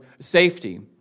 safety